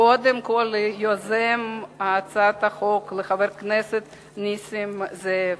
קודם כול ליוזם הצעת החוק, חבר הכנסת נסים זאב,